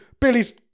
Billy's